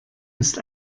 ist